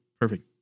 Perfect